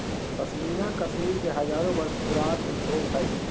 पश्मीना कश्मीर के हजारो वर्ष पुराण उद्योग हइ